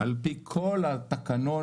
על פי כל התקנון.